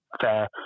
fair